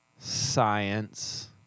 Science